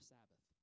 Sabbath